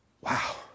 Wow